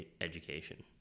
education